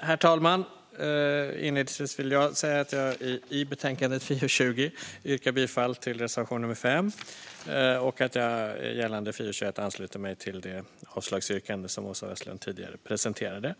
Herr talman! Inledningsvis vill jag säga att jag i betänkande FiU20 yrkar bifall till reservation nummer 5. Gällande FIU21 ansluter jag mig till det avslagsyrkande som Åsa Westlund tidigare presenterade.